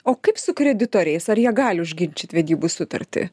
o kaip su kreditoriais ar jie gali užginčyt vedybų sutartį